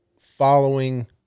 following